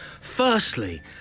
Firstly